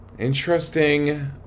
Interesting